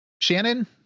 Shannon